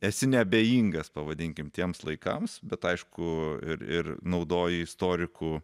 esi neabejingas pavadinkim tiems laikams bet aišku ir ir naudoji istorikų